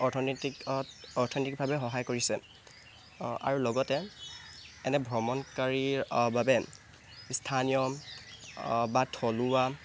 অৰ্থনীতিকত অৰ্থনৈতিকভাৱে সহায় কৰিছে আৰু লগতে এনে ভ্ৰমণকাৰীৰ বাবে স্থানীয় বা থলুৱা